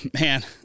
man